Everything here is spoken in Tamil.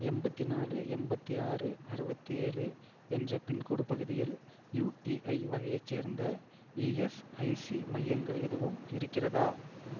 என்பத்தி நாலு என்பத்தி ஆறு அறுபத்தி ஏழு என்ற பின்கோடு பகுதியில் யூடிஐ வகையைச் சேர்ந்த இஎஸ்ஐசி மையங்கள் எதுவும் இருக்கிறதா